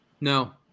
No